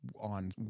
on